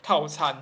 套餐